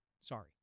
Sorry